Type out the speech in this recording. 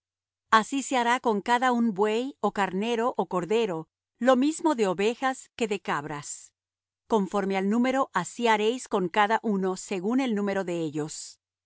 así se hará con cada un buey ó carnero ó cordero lo mismo de ovejas que de cabras conforme al número así haréis con cada uno según el número de ellos